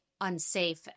unsafe